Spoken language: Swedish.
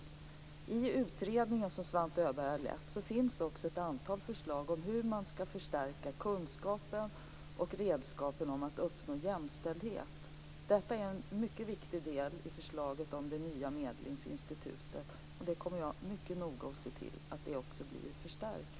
I den utredning som Svante Öberg har lett finns också ett antal förslag om hur man skall förstärka kunskapen om och redskapen för att uppnå jämställdhet. Detta är en mycket viktig del i förslaget om det nya medlingsinstitutet, och jag kommer att mycket noga se till att det blir förstärkt.